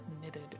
knitted